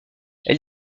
elle